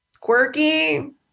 quirky